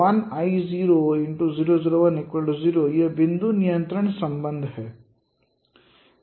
1 i 0 0 0 1 0 यह बिंदु नियंत्रण संबंध है